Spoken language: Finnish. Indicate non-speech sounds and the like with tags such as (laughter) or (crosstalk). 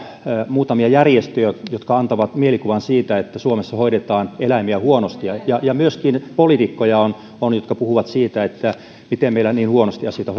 muutamia järjestöjä jotka antavat mielikuvan siitä että suomessa hoidetaan eläimiä huonosti ja ja on myöskin poliitikkoja jotka puhuvat siitä miten meillä niin huonosti asioita (unintelligible)